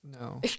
No